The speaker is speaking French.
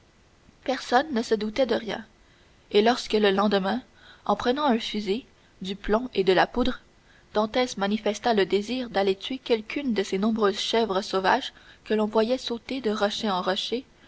personne ne se doutait donc de rien et lorsque le lendemain en prenant un fusil du plomb et de la poudre dantès manifesta le désir d'aller tuer quelqu'une de ces nombreuses chèvres sauvages que l'on voyait sauter de rocher en rocher